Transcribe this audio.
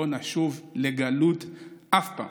לא נשוב לגלות אף פעם.